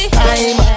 time